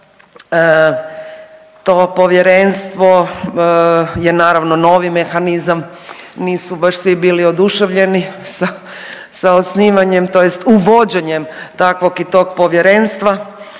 To povjerenstvo je naravno novi mehanizam, nisu baš svi bili oduševljeni sa osnivanjem tj. uvođenjem takvog i tog povjerenstva.